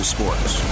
Sports